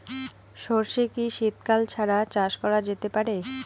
সর্ষে কি শীত কাল ছাড়া চাষ করা যেতে পারে?